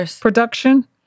production